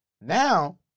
Now